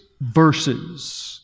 verses